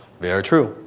very true.